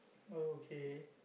okay